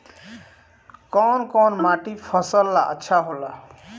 कौन कौनमाटी फसल ला अच्छा होला?